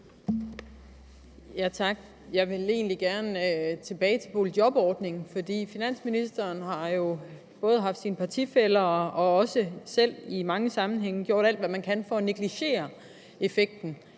(V): Tak. Jeg vil egentlig gerne tilbage til boligjobordningen, for både finansministeren og hans partifæller har i mange sammenhænge gjort alt for at negligere effekten